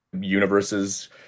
universes